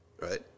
Right